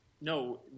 no